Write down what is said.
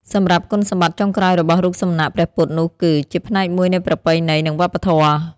សម្រាប់គុណសម្បត្តិចុងក្រោយរបស់រូបសំណាកព្រះពុទ្ធនោះគឺ ជាផ្នែកមួយនៃប្រពៃណី និងវប្បធម៌។